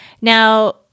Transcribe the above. Now